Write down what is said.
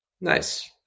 Nice